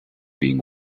being